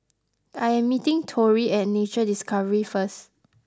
I am meeting Tory at Nature Discovery first